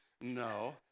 No